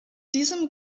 diesem